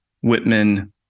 Whitman